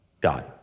God